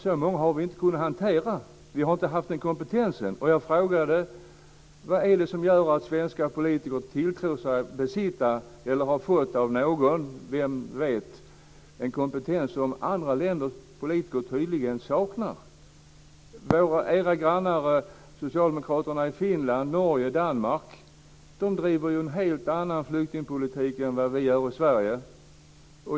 Så många har vi inte kunnat hantera. Vi har inte haft den kompetensen. Och jag frågade: Vad är det som gör att svenska politiker tror sig ha en kompetens som politiker i andra länder tydligen saknar? Socialdemokraterna i Finland, Norge och Danmark driver ju en helt annan flyktingpolitik än vad vi gör i Sverige.